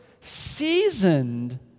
seasoned